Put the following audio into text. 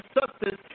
substance